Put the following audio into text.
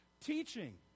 teaching